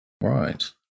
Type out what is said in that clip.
Right